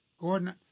Gordon